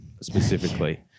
specifically